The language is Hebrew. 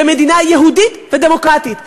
במדינה יהודית ודמוקרטית.